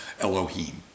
Elohim